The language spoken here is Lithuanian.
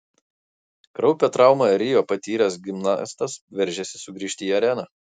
kraupią traumą rio patyręs gimnastas veržiasi sugrįžti į areną